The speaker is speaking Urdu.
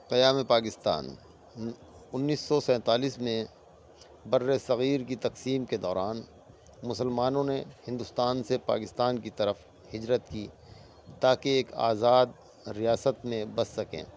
قیامِ پاکستان انیس سو سینتالیس میں برِ صغیر کی تقسیم کے دوران مسلمانوں نے ہندوستان سے پاکستان کی طرف ہجرت کی تاکہ ایک آزاد ریاست میں بس سکیں